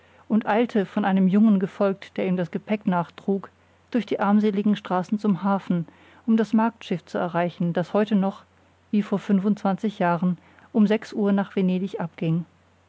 und eilte von einem jungen gefolgt der ihm das gepäck nachtrug durch die armseligen straßen zum hafen um das marktschiff zu erreichen das heute noch wie vor fünfundzwanzig jahren um sechs uhr nach venedig abging